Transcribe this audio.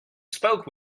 spoke